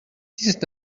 dix